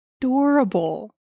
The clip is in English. adorable